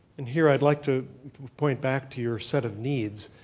and here i'd like to point back to your set of needs.